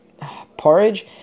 porridge